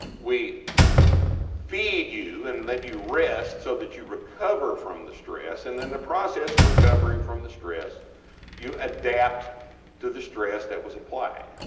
we feed you and then you rest so that you recover from the stress and in the process of recovering from the stress you adapt to the stress that was applied,